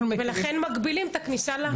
ולכן מגבילים את הכניסה להר.